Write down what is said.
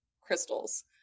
crystals